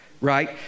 Right